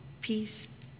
peace